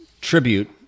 tribute